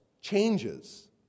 changes